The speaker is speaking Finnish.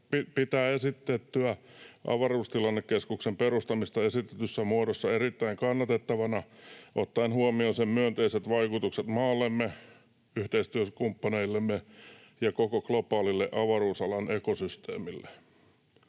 pitää avaruustilannekeskuksen perustamista esitetyssä muodossa erittäin kannatettavana ottaen huomioon sen myönteiset vaikutukset maallemme, yhteistyökumppaneillemme ja koko globaalille avaruusalan ekosysteemille.